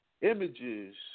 images